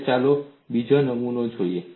હવે ચાલો બીજો નમૂનો જોઈએ